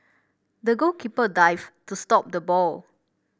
the goalkeeper dived to stop the ball